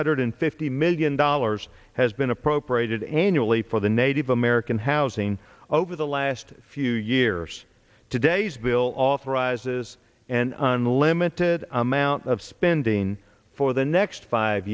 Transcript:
hundred fifty million dollars has been appropriated annually for the native american housing over the last few years today's bill authorizes an unlimited amount of spending for the next five